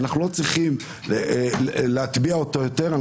אנחנו לא צריכים להטביע אותו יותר,